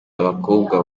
abakobwa